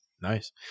Nice